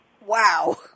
Wow